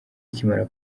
akimara